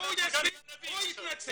באמת